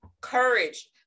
courage